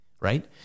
right